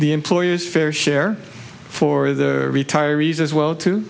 the employer's fair share for the retirees as well too